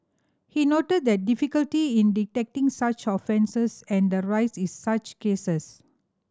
he noted that the difficulty in detecting such offences and the rise in such cases